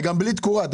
וגם בלי תקורה.